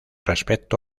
respecto